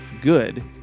good